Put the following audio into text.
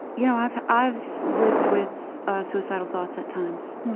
you know i've i've lived with suicidal thoughts at times.